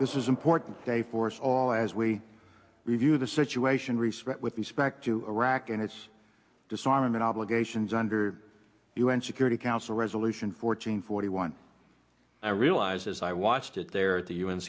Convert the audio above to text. this is important they force all as we review the situation respect with respect to iraq and its disarmament obligations under u n security council resolution fourteen forty one i realized as i watched it there at the u